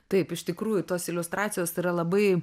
taip iš tikrųjų tos iliustracijos yra labai